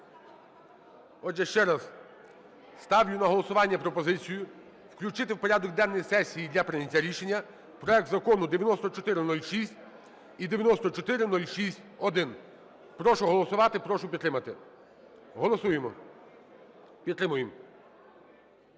Отже, ще раз ставлю на голосування пропозицію включити в порядок денний сесії для прийняття рішення проект Закону 9406 і 9406-1. Прошу голосувати, прошу підтримати, голосуємо, підтримуємо.